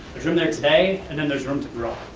there's room there today, and then there's room to draw,